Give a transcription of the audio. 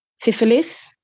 syphilis